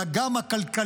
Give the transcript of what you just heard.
אלא גם הכלכליות,